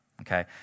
okay